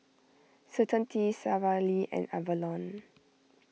Certainty Sara Lee and Avalon